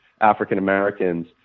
African-Americans